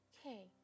Okay